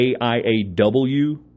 AIAW